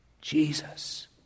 Jesus